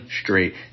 straight